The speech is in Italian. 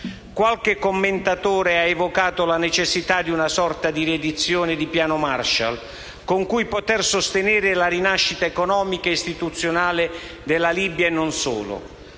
Qualche commentatore ha evocato la necessità di una sorta di riedizione del Piano Marshall, con cui poter sostenere la rinascita economica e istituzionale della Libia, e non solo.